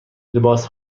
لباس